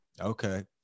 Okay